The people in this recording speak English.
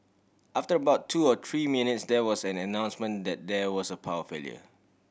after about two or three minutes there was an announcement that there was a power failure